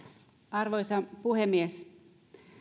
arvoisa puhemies